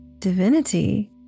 divinity